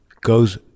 goes